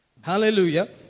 Hallelujah